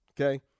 okay